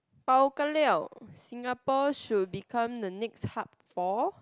Bao Ka Liao Singapore should become the next hub for